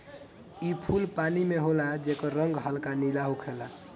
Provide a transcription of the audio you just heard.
इ फूल पानी में होला जेकर रंग हल्का नीला होखेला